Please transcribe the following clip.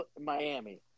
Miami